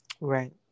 right